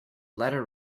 letter